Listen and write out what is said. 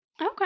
Okay